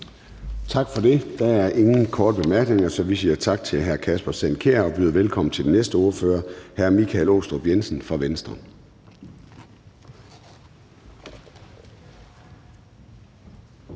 Tak for det. Der er ingen korte bemærkninger, så vi siger tak til hr. Anders Kronborg. Og jeg byder nu velkommen til næste ordfører, hr. Michael Aastrup Jensen fra Venstre.